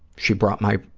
she brought my,